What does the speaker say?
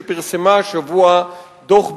שפרסמה השבוע דוח ביניים.